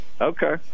Okay